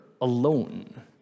alone